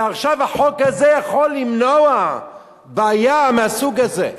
ועכשיו החוק הזה יכול למנוע בעיה מהסוג הזה.